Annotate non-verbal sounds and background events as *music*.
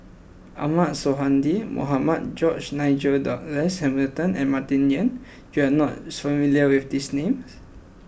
Ahmad Sonhadji Mohamad George Nigel Douglas Hamilton and Martin Yan you are not *hesitation* familiar with these names